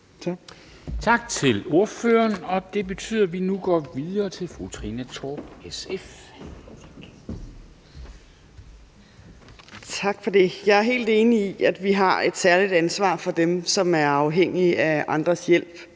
Tak til ordføreren. Og det betyder, at vi nu går videre til fru Trine Torp, SF. Kl. 20:05 (Ordfører) Trine Torp (SF): Tak for det. Jeg er helt enig i, at vi har et særligt ansvar for dem, som er afhængige af andres hjælp,